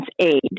aid